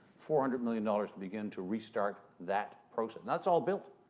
four hundred million dollars to begin to restart that process. that's all built,